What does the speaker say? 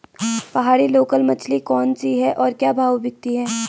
पहाड़ी लोकल मछली कौन सी है और क्या भाव बिकती है?